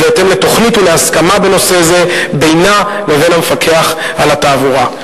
ובהתאם לתוכנית ולהסכמה בנושא זה בינן לבין המפקח על התעבורה.